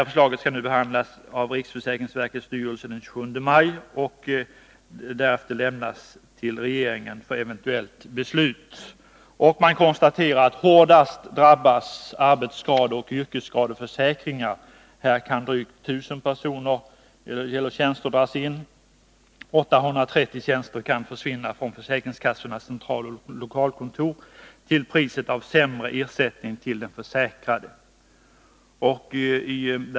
Förslaget skall nu behandlas av riksförsäkringsverkets styrelse den 27 maj och därefter lämnas till regeringen för eventuellt beslut. Man konstaterar att hårdast drabbas arbetsskadeoch yrkesskadeförsäkringar. Här kan drygt 1 000 tjänster dras in. 830 tjänster kan försvinna från försäkringskassornas centraloch lokalkontor, till priset av sämre ersättning till den försäkrade.